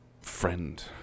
friend